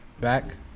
Back